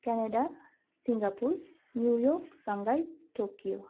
Canada Singapore New York Shanghai Tokyo